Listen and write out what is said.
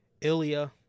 Ilya